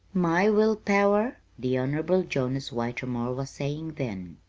my will-power? the honorable jonas whitermore was saying then.